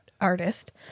artist